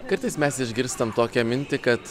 kartais mes išgirstam tokią mintį kad